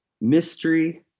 mystery